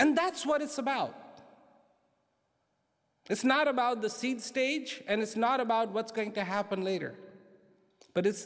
and that's what it's about it's not about the seed stage and it's not about what's going to happen later but i